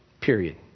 Period